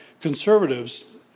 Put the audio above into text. conservatives